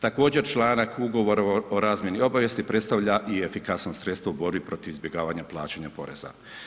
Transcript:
Također članak Ugovora o razmjeni obavijesti predstavlja i efikasno sredstvo u borbi protiv izbjegavanja plaćanja poreza.